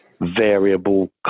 variable